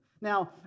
Now